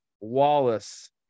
Wallace